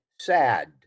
sad